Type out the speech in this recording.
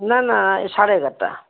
ନା ନା ଏ ସାଢ଼େ ଏଗାରଟା